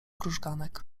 krużganek